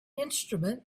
instrument